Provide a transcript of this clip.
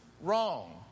wrong